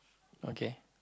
okay